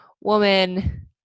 woman